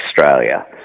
Australia